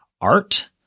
Art